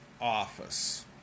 office